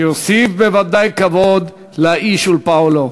שיוסיף בוודאי כבוד לאיש ולפועלו.